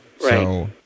Right